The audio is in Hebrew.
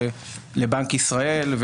לבנק ישראל,